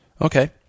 Okay